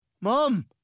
Mom